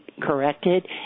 corrected